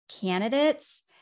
candidates